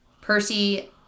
Percy